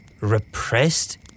repressed